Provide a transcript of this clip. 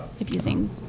abusing